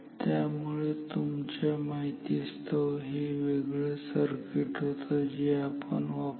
त्यामुळे तुमच्या माहितीस्तव हे एक वेगळं सर्किट होतं जे आपण वापरू शकतो